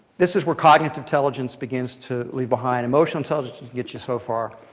this is where cognitive intelligence begins to leave behind. emotional intelligence can get you so far.